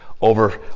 over